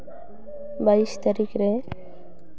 ᱵᱟᱭᱤᱥ ᱛᱟᱹᱨᱤᱠᱷ ᱨᱮ